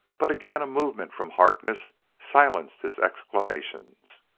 but again a movement from harkness silenced his exclamations.